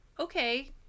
okay